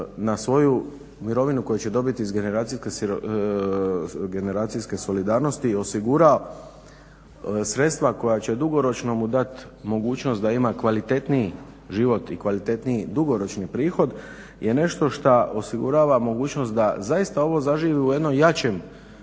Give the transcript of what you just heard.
na svoju mirovinu koju će dobiti iz generacijske solidarnosti osigura sredstva koja će dugoročno mu dati mogućnost da ima kvalitetniji život i kvalitetniji dugoročni prihod, je nešto šta osigurava mogućnost da zaista ovo zaživi u jednom jačem